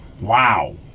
Wow